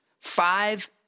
five